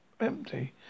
empty